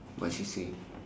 what she say